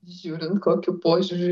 žiūrint kokiu požiūriu